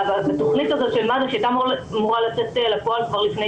בתכנית הזאת שמד"א שהייתה אמורה לצאת לפועל כבר לפני